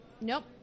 Nope